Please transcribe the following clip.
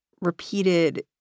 repeated